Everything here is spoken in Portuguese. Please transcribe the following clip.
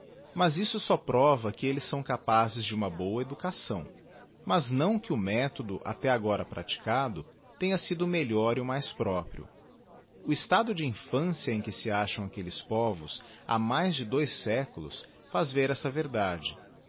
mas isto só prova que elles são capazes de uma boa educação mas não que o methodo até agora praticado tenha sido o melhor e o mais próprio o estado de infância em que se acham aquelles povos ha mais de dois séculos faz ver esta verdade